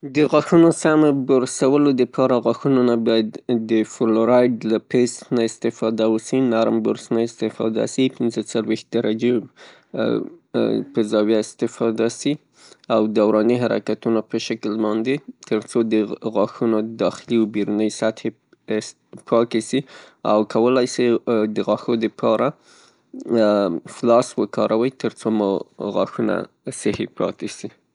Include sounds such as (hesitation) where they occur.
د غاښونو سمو بورسولو د پاره غاښونو نه باید د فلوریاد د پست نه استفاده وسي، نرم برس نه استفاده وسي، پنځه څلویښت درجې (hesitation) په درجې استفاده سي او دوراني حرکتونو په شکل باندې؛ ترڅو د غاښونو داخلي او بیروني سطحې بس پاکې سي. او کولای سئ د غاښو د پاره، (hesitation) فلاس وکاروئ؛ ترڅو مو غاښونه صحي پاتې سي.